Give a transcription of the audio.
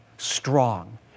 Strong